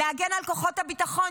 להגן על כוחות הביטחון,